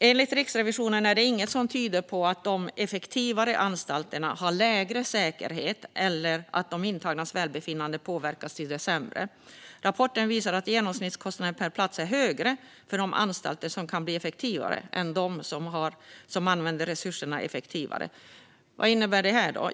Enligt Riksrevisionen är det inget som tyder på att de effektivare anstalterna har lägre säkerhet eller att de intagnas välbefinnande påverkats till det sämre. Rapporten visar att genomsnittskostnaden per plats är högre för de anstalter som kan bli effektivare än för dem som använder resurserna effektivt. Vad innebär då det?